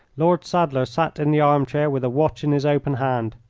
lord sadler sat in the arm-chair with a watch in his open hand.